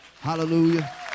Hallelujah